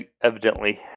Evidently